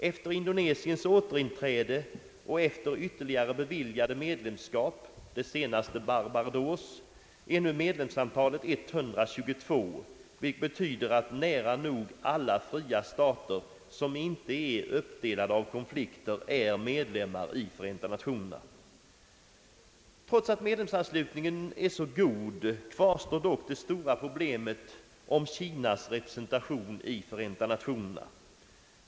Efter Indonesiens återinträde och efter ytterligare beviljade medlemskap — den senast intagna medlemmen är Barbados — är nu medlemsantalet 122, vilket betyder att nära nog alla fria stater, som inte är uppdelade på grund av konflikter, är medlemmar 1 Förenta Nationerna. Trots att medlemsanslutningen är så god kvarstår dock det stora problemet om Kinas representation i Förenta Nationerna.